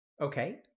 Okay